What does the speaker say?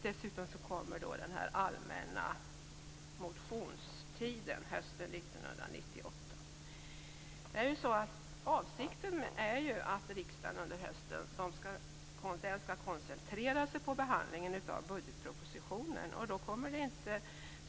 Dessutom har vi den allmänna motionstiden hösten 1998. Avsikten är dock att riksdagen under hösten skall koncentrera sig på behandlingen av budgetpropositionen.